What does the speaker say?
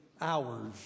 hours